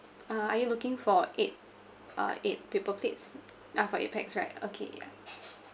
uh are you looking for eight uh eight paper plates ah for eight pax right okay yeah